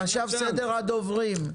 עכשיו סדר הדוברים: